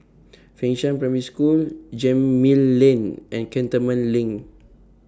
Fengshan Primary School Gemmill Lane and Cantonment LINK